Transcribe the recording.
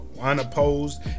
unopposed